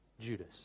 Judas